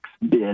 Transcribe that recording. bid